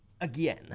again